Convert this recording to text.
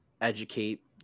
educate